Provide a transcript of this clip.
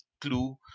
clue